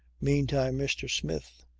meantime mr. smith,